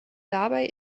dabei